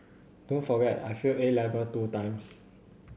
don't forget I failed A level two times